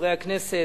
חברי הכנסת,